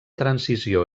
transició